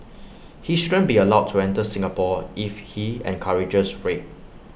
he shouldn't be allowed to enter Singapore if he encourages rape